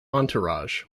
entourage